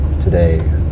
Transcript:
today